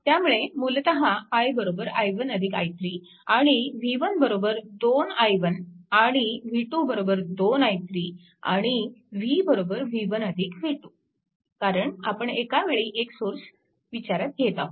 त्यामुळे मूलतः i i1 i3 आणि v1 2 i1 आणि v2 2 i3 आणि v v1 v2 कारण आपण एकावेळी एक सोर्स विचारात घेत आहोत